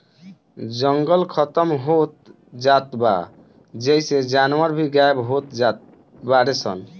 जंगल खतम होत जात बा जेइसे जानवर भी गायब होत जात बाडे सन